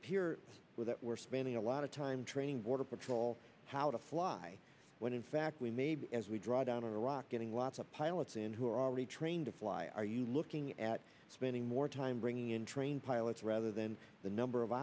appear that we're spending a lot of time training border patrol how to fly when in fact we may be as we drawdown in iraq getting lots of pilots in who are already trained to fly are you looking at spending more time bringing in trained pilots rather than the number of